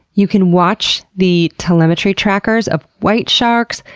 you can watch the telemetry trackers of white sharks,